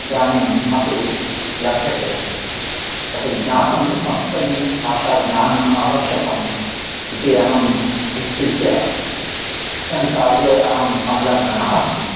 इदानीम् अपि लभ्यते तद्ज्ञातुं संस्कृतभाषाज्ञानम् आवश्यकम् इति अहं निश्चित्य अस्मिन् कार्ये अहं संलग्नः अस्मि